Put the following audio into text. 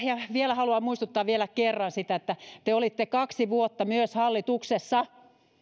haluan muistuttaa kerran siitä että te olitte kaksi vuotta myös hallituksessa